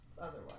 Otherwise